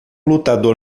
lutador